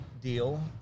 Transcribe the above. deal